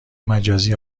مجازی